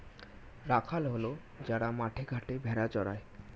রাখাল হল যারা মাঠে ঘাটে ভেড়া চড়ায়